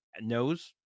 knows